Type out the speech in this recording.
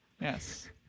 yes